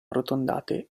arrotondate